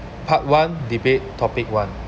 part one debate topic one